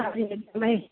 हुन्छ एकदम